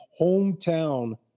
hometown